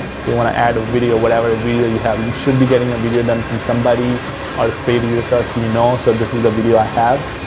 so, you want to add video, whatever video you have. you should be getting a video done from somebody or created yourself you know, so this is the video i have.